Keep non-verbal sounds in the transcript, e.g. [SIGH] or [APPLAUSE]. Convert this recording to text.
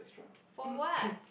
[COUGHS]